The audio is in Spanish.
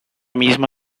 misma